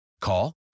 Call